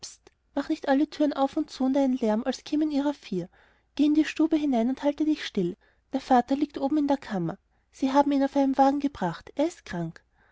mach nicht alle türen auf und zu und einen lärm als kämen ihrer vier geh in die stube hinein und halte dich still der vater liegt oben in der kammer sie haben ihn auf einem wagen gebracht er ist krank